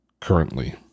currently